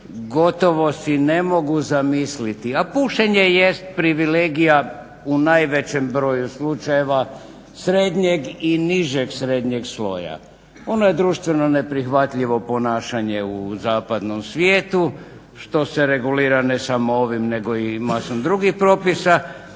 Gotovo si ne mogu zamisliti, a pušenje jest privilegija u najvećem broju slučajeva srednjeg i nižeg srednjeg sloja. Ono je društveno neprihvatljivo ponašanje u zapadnom svijetu što se regulira ne samo ovim nego i masom drugih propisa